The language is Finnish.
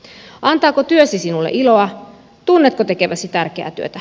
antaako työsi sinulle iloa tunnetko tekeväsi tärkeää työtä